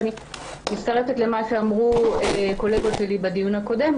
ואני מצטרפת למה שאמרו קולגות שלי בדיון הקודם,